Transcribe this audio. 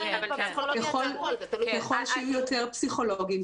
ככל שיהיו יותר פסיכולוגים,